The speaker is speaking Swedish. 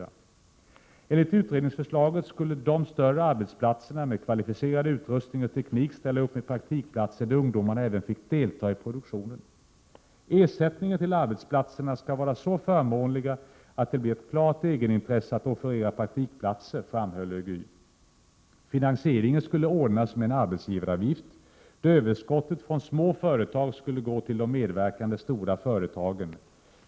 Enligt utredningsförslaget skulle de större arbetsplatserna med kvalificerad utrustning och teknik ställa upp med praktikplatser där ungdomarna även fick delta i produktionen. Ersättningen till arbetsplatserna skall vara så förmånliga, att det blir ett klart egenintresse att offerera praktikplatser, framhöll ÖGY. Finansieringen skulle ordnas med en arbetsgivaravgift, där överskottet från små företag skulle gå till de medverkande stora företagen.